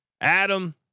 Adam